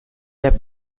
der